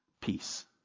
peace